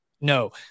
No